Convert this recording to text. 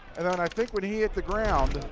and and i think when he hit the ground,